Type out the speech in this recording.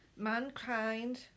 Mankind